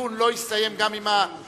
שהדיון לא יסתיים גם אם המסתייגים